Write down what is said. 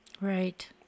Right